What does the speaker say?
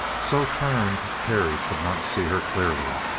so turned, terry could not see her clearly.